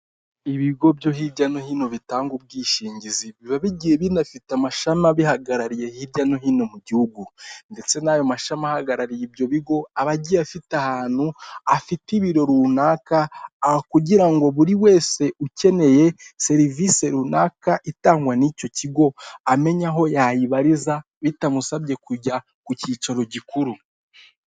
Ibigo byo hirya no hino bitanga ubwishingizi, biba bigiye binafite amashami abihagarariye hirya no hino mu gihugu, ndetse n'ayo mashami ahagarariye ibyo bigo aba agiye afite ahantu afite ibiro runaka kugira ngo buri wese ukeneye serivisi runaka itangwa n'icyo kigo amenye aho yayibariza bitamusabye kujya ku cyicaro gikuru.